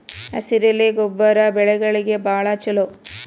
ಹಸಿರೆಲೆ ಗೊಬ್ಬರ ಬೆಳೆಗಳಿಗೆ ಬಾಳ ಚಲೋ